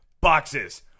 Boxes